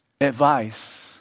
advice